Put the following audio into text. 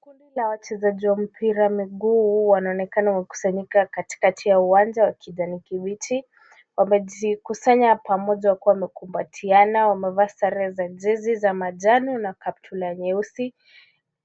Kundi la wachezaji wa mpira wa miguu wanaonekana wamekusanyika katikakati ya uwanja wa kijani kibichi. Wamejikusanya pamoja wakiwa wamekumbatiana. Wamevaa sare za jezi ya manjano na kaptura nyeusi.